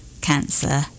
cancer